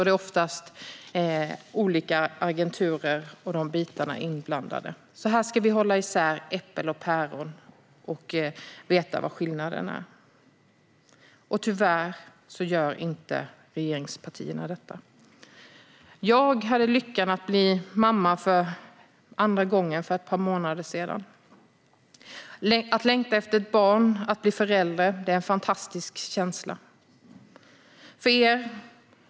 Det är oftast olika agenturer och sådana bitar inblandade. Vi ska hålla isär äpplen och päron och veta vad det är för skillnader. Tyvärr gör inte regeringspartierna detta. Jag hade lyckan att bli mamma för andra gången för ett par månader sedan. Att längta efter ett barn och att bli förälder är en fantastisk känsla.